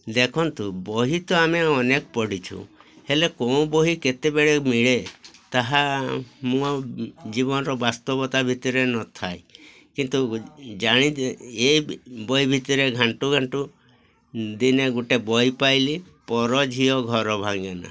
ଦେଖନ୍ତୁ ବହି ତ ଆମେ ଅନେକ ପଢ଼ିଛୁ ହେଲେ କେଉଁ ବହି କେତେବେଳେ ମିଳେ ତାହା ମୁଁ ଆଉ ଜୀବନର ବାସ୍ତବତା ଭିତରେ ନଥାଏ କିନ୍ତୁ ଜାଣି ଏ ବହି ଭିତରେ ଘାଣ୍ଟୁ ଘାଣ୍ଟୁ ଦିନେ ଗୋଟେ ବହି ପାଇଲି ପର ଝିଅ ଘର ଭାଙ୍ଗେନା